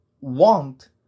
want